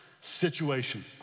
situation